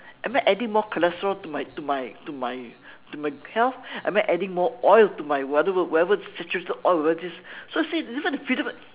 am I adding more cholesterol to my to my to my to my health am I adding more oil to my whatever whatever saturated oil over this so you see that's not the freedom